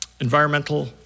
environmental